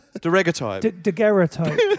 Daguerreotype